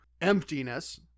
emptiness